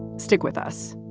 stick with us